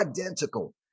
identical